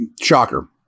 Shocker